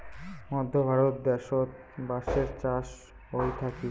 মধ্য ভারত দ্যাশোত বাঁশের চাষ হই থাকি